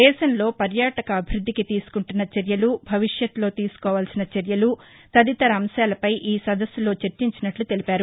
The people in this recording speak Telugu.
దేశంలో పర్యాటక అభివ్బద్లికి తీసుకుంటున్న చర్యలు భవిష్యత్లో తీసుకోవాల్సిన చర్యలు తదితర అంశాలపై ఈ సదస్సు జరిగిందని తెలిపారు